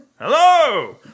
Hello